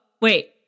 Wait